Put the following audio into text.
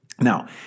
Now